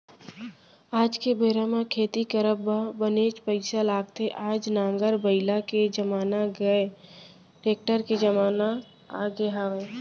आज के बेरा म खेती करब म बनेच पइसा लगथे आज नांगर बइला के जमाना गय टेक्टर के जमाना आगे हवय